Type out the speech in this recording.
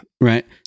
right